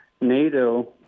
NATO